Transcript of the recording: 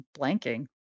blanking